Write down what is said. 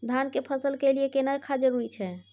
धान के फसल के लिये केना खाद जरूरी छै?